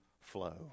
flow